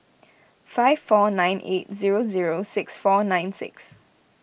five four nine eight zero zero six four nine six